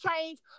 change